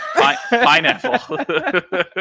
pineapple